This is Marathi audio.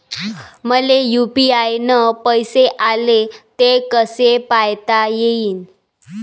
मले यू.पी.आय न पैसे आले, ते कसे पायता येईन?